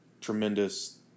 tremendous